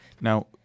Now